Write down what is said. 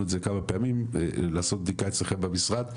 אמרנו את זה כמה פעמים עשות בדיקה אצלכם במשרד.